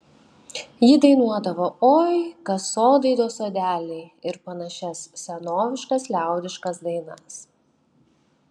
ji dainuodavo oi kas sodai do sodeliai ir panašias senoviškas liaudiškas dainas